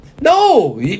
No